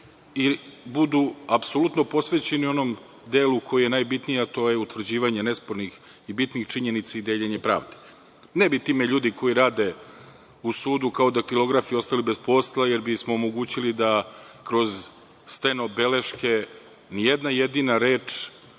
i budu apsolutno posvećeni onom delu koji je najbitniji, a to je utvrđivanje nespornih i bitnih činjenica i deljenje pravde. Ne bi time ljudi koji rade u sudu kao daktilografi ostali bez posla jer bismo omogućili da kroz stenobeleške nijedna jedina reč